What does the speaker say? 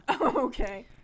Okay